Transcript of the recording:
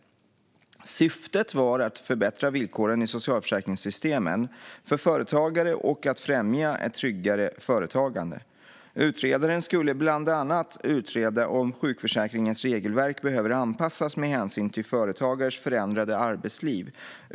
Syftet var att förbättra villkoren i socialförsäkringssystemen för företagare och att främja ett tryggare företagande. Utredaren skulle bland annat utreda om sjukförsäkringens regelverk behöver anpassas med hänsyn till företagares förändrade arbetsliv.